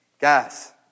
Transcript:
Guys